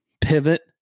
pivot